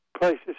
places